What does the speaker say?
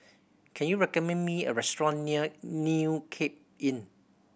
can you recommend me a restaurant near New Cape Inn